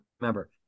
remember